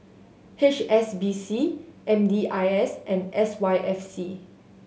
H S B C M D I S and S Y F C